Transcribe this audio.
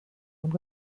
und